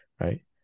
right